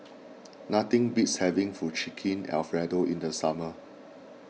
nothing beats having Fettuccine Alfredo in the summer